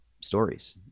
stories